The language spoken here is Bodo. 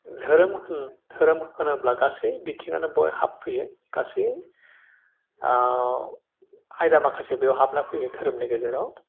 धोरोम होन धोरोम होनोब्ला गासै बिथिंआनो बहाय हाबफैयो गासै आयदा माखासे बेयाव हाबना फैदों धोरोमनि गेजेराव